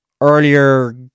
earlier